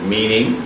Meaning